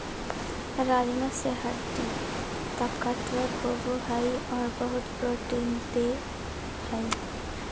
राजमा से हड्डी ताकतबर होबो हइ और बहुत प्रोटीन देय हई